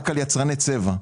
רק על יצרני צבע.